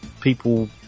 people